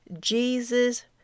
Jesus